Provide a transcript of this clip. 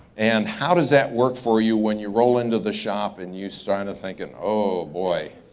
and how does that work for you when you roll into the shop, and you started thinking, oh boy,